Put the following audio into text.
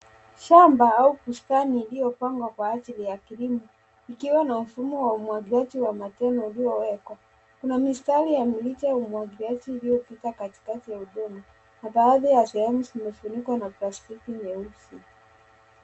Shamba au bustani iliyopangwa kwa ajili ya kilimo ikiwa na mfumo wa umwagiliaji wa matone uliowekwa. Kuna mistari ya mirija ya umwagiliaji uliopita katikati ya udongo na baadhi ya sehemu zimefunikwa na plastiki nyeusi.